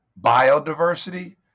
biodiversity